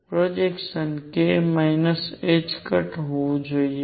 projection k ℏ હોવું જોઈએ